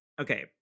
Okay